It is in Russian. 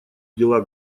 дела